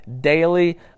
daily